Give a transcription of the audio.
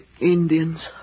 Indians